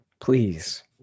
please